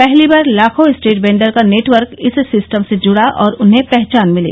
पहली बार लाखों स्ट्रीट वेंडर का नेटवर्क इस सिस्टम से जुड़ा और उन्हें पहचान मिली